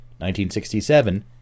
1967